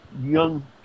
young